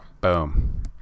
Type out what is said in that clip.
Boom